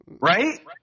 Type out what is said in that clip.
Right